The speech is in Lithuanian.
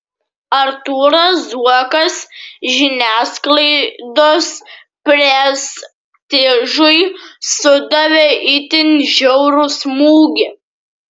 artūras zuokas žiniasklaidos prestižui sudavė itin žiaurų smūgį